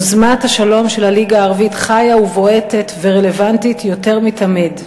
יוזמת השלום של הליגה הערבית חיה ובועטת ורלוונטית יותר מתמיד.